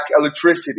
electricity